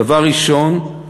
דבר ראשון,